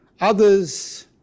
Others